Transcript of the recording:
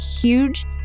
huge